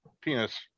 Penis